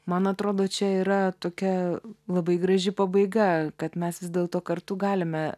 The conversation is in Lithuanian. man atrodo čia yra tokia labai graži pabaiga kad mes vis dėlto kartu galime